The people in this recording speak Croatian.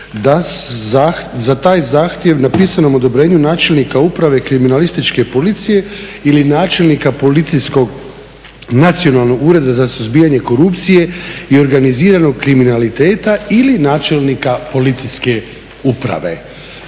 za taj zahtjev na pisanom odobrenju načelnika Uprave kriminalističke policije ili načelnika Policijskog nacionalnog Ureda za suzbijanje korupcije i organiziranog kriminaliteta ili načelnika Policijske uprave.